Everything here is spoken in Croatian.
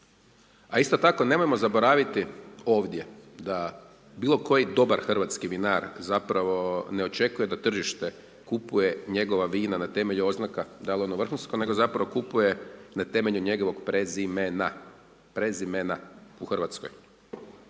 a isto tako nemojmo zaboraviti ovdje da bilo koji hrvatski vinar ne očekuje da tržište kupuje njegova vina na temelju oznaka, dal je ona vrhunsko, nego zapravo kupuje na temelju njegovog prezimena u Hrvatskoj.